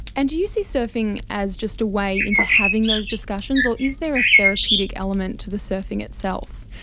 and do you see surfing as just a way into having those discussions, or is there a therapeutic element to the surfing itself?